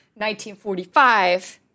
1945